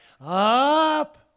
Up